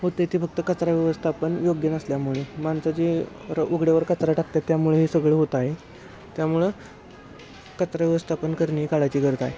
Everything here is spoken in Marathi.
होते ते फक्त कचरा व्यवस्थापन योग्य नसल्यामुळे माणसा जे र उघड्यावर कचरा टाकतात त्यामुळे हे सगळे होत आहे त्यामुळं कचरा व्यवस्थापन करणे ही काळाची गरज आहे